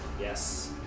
Yes